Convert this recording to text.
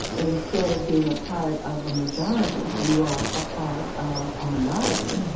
instead of being a part of a majority, you are a part of a minority.